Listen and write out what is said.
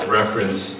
reference